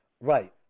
Right